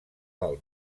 del